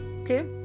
Okay